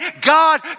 God